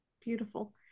Beautiful